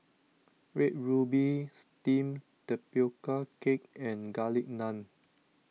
Red Ruby Steamed Tapioca Cake and Garlic Naan